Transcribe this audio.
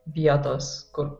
vietos kur